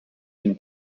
been